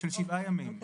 של שבעה ימים.